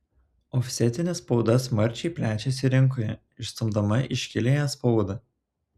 ofsetinė spauda smarkiai plečiasi rinkoje išstumdama iškiliąją spaudą